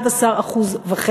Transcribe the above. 11.5%,